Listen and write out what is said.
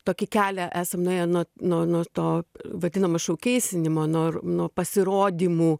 tokį kelią esam nuėję nuo nuo nuo to vadinamo šaukeisinimo nor nuo pasirodymų